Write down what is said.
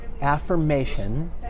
affirmation